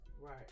Right